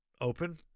Open